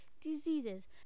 diseases